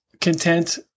content